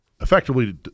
effectively